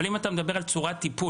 אבל אם אתה מדבר על צורת טיפול,